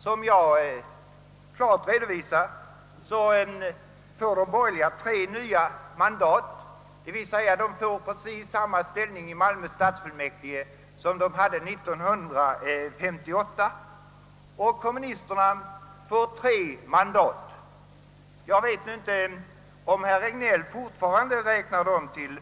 Som jag redovisat får de borgerliga tre nya mandat, vilket innebär att de får precis samma ställning i Malmö stadsfullmäktige som de hade år 1958. Kommunisterna får tre nya mandat. Jag vet inte om herr Regnéll räknar kommunisterna till